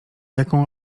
jaką